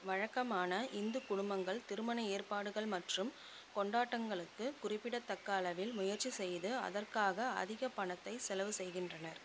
வழக்கமான இந்துக் குடும்பங்கள் திருமண ஏற்பாடுகள் மற்றும் கொண்டாட்டங்களுக்கு குறிப்பிடத்தக்க அளவில் முயற்சி செய்து அதற்காக அதிக பணத்தை செலவு செய்கின்றனர்